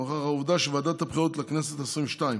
נוכח העובדה שוועדת הבחירות לכנסת העשרים-ושתיים